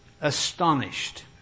astonished